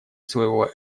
своего